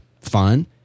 fun